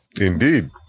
Indeed